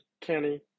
Kenny